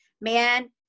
man